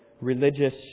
religious